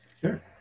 Sure